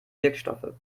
wirkstoffe